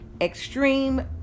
extreme